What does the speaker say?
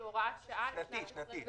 זו הוראת שעה לשנת 2020 בלבד.